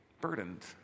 burdened